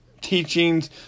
teachings